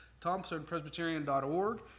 thompsonpresbyterian.org